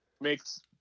makes